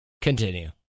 Continue